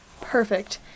perfect